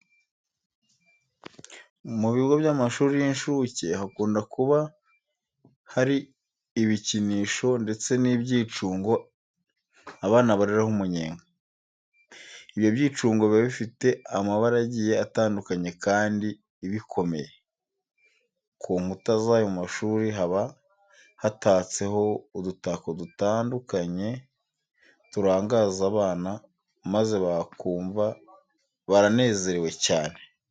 Mu bigo by'amashuri y'inshuke hakunda kuba hari ibikinisho ndetse n'ibyicungo abana bariraho umunyenga. Ibyo byicungo biba bifite amabara agiye atandukanye kandi bikomeye. Ku nkuta z'ayo mashuri haba hatatseho udutako dutandukanye turangaza abana maze bakumva baranezerewe cyane.